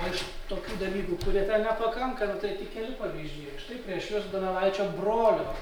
o iš tokių dalykų kurie ten nepakanka nu tai tik keli pavyzdžiai štai prieš jus donelaičio brolio